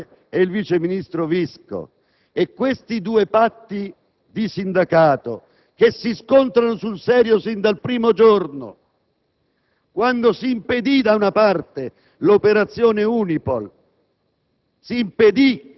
Non la questione quasi personalistica tra il generale Speciale e il vice ministro Visco. I due patti di sindacato si scontrano sul serio sin dal primo giorno,